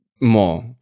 More